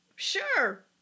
Sure